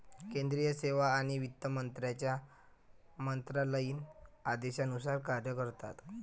केंद्रीय सेवा आणि वित्त मंत्र्यांच्या मंत्रालयीन आदेशानुसार कार्य करतात